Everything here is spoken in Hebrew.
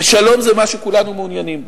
ושלום זה מה שכולנו מעוניינים בו.